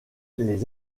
les